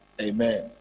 Amen